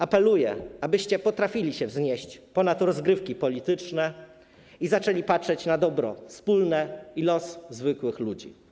Apeluję, abyście potrafili się wznieść ponad rozgrywki polityczne i zaczęli patrzeć na dobro wspólne i los zwykłych ludzi.